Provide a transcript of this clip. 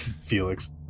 Felix